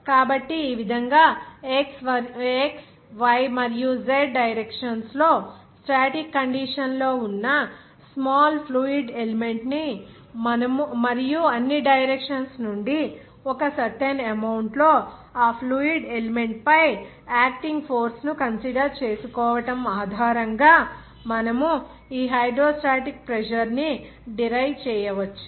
కాబట్టి ఈ విధంగా x y మరియు z డైరెక్షన్స్ లో స్టాటిక్ కండిషన్ లో ఉన్న స్మాల్ ఫ్లూయిడ్ ఎలిమెంట్ ని మరియు అన్ని డైరెక్షన్స్ నుండి ఒక సర్టెన్ అమౌంట్ లో ఆ ఫ్లూయిడ్ ఎలిమెంట్ పై యాక్టింగ్ ఫోర్స్ ను కన్సిడర్ చేసుకోవడం ఆధారంగా మనము ఈ హైడ్రోస్టాటిక్ ప్రెజర్ ని డిరైవ్ చేయవచ్చు